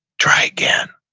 try again.